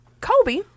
Kobe